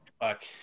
fuck